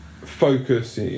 focus